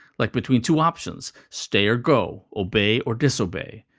like between two options, stay or go, obey or disobey,